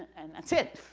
and that's it.